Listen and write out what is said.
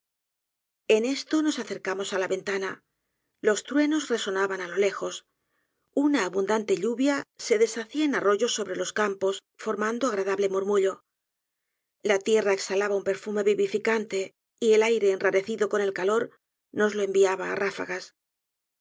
en sto nos acercamos á la ventanazos truenos resonaban á o lejos una abundaute lluvia se deshacía en arroyos stíbre los campos formando agradable murmullo la lierra exhalaba un perfume vivificante y el aire enralecido con el calor nos lo enviaba á ráfagas